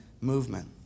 movement